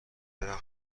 اسم